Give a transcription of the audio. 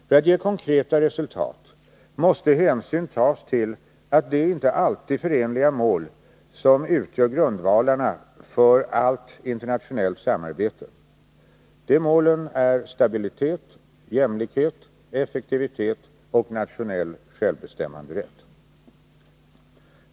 För att nå konkreta resultat måste hänsyn tas till de inte alltid förenliga mål som utgör grundvalarna för allt internationellt samarbete: stabilitet, jämlikhet, effektivitet och nationell självbestämmanderätt.